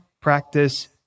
practice